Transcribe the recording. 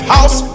House